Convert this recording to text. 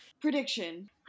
prediction